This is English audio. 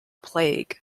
plague